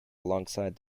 alongside